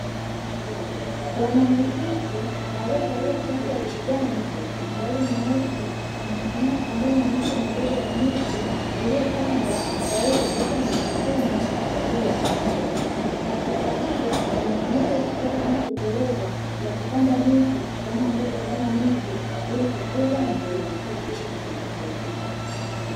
Bwana misitu aliyevalia shati ya kijani na suruali nyeusi amesimama pembeni ya miche midogo ya miti iliyopandwa tayari kupelekwa misituni kwa ajili ya kukua. Falsafa hii inaonesha itikadi inayotekelezwa ya kupanda miti sehemu ambazo hazina miti ili kukuza misitu.